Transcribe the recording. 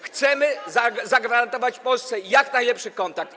Chcemy zagwarantować Polsce jak najlepszy kontrakt.